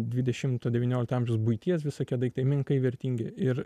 dvidešimto devyniolikto amžiaus buities visokie daiktai menkai vertingi ir